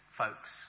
folks